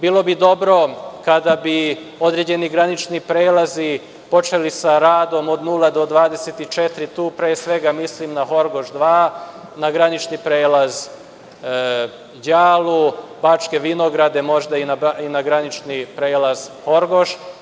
Bilo bi dobro kada bi određeni granični prelazi počeli sa radom od 0-24, tu pre svega mislim na Horgoš 2, na granični prelaz Đalu, Bačke vinograde, možda i na granični prelaz Horgoš.